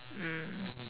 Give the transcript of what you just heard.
mm